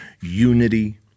unity